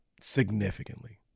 significantly